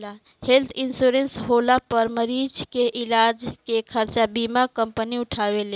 health insurance होला पर मरीज के इलाज के खर्चा बीमा कंपनी उठावेले